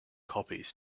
copies